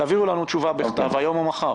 תעבירו לנו תשובה בכתב היום או מחר.